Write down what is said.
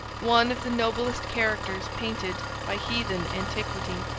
one of the noblest characters painted by heathen antiquity.